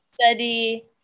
study